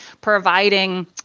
providing